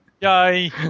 Yay